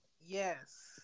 Yes